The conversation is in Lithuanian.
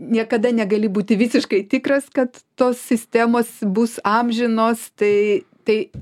niekada negali būti visiškai tikras kad tos sistemos bus amžinos tai tai